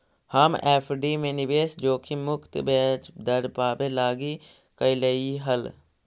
हम एफ.डी में निवेश जोखिम मुक्त ब्याज दर पाबे लागी कयलीअई हल